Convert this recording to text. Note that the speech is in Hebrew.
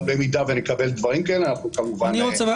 אבל במידה שנקבל דברים כאלה אנחנו כמובן נפעל בהתאם.